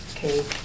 Okay